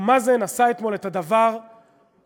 אבו מאזן עשה אתמול את הדבר המרשים,